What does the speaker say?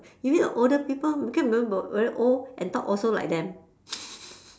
you meet the older people because very old and talk also like them